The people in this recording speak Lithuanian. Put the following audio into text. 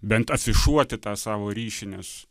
bent afišuoti tą savo ryšį nes